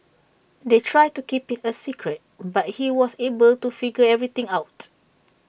they tried to keep IT A secret but he was able to figure everything out